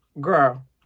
girl